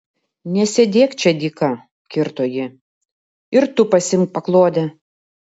nesėdėk čia dyka kirto ji ir tu pasiimk paklodę